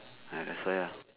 ah that's why uh